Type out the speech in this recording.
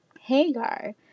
Hagar